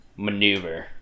maneuver